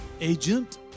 Agent